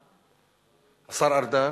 הכלכלה.